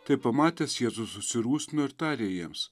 tai pamatęs jėzus susirūstino ir tarė jiems